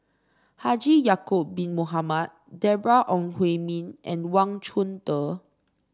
Haji Ya'acob Bin Mohamed Deborah Ong Hui Min and Wang Chunde